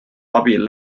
abil